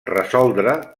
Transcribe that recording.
resoldre